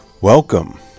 Welcome